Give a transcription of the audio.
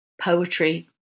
poetry